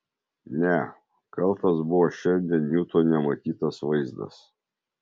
ne kaltas buvo šiandien niutone matytas vaizdas